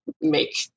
make